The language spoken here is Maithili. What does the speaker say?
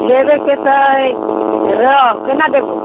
लेबे के छै रहू केना देबो